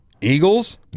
Eagles